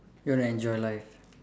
you want to enjoy life